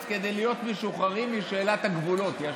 כדי להיות משוחררים משאלת הגבולות ישר.